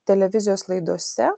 televizijos laidose